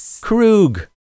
Krug